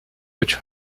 which